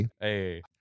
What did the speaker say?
Hey